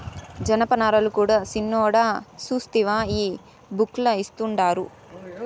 జనపనారల కూడా సిన్నోడా సూస్తివా ఈ బుక్ ల ఇచ్చిండారు